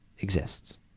exists